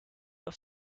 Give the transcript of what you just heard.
auf